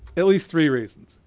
at least three reasons.